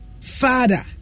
father